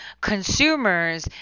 consumers